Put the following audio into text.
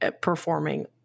performing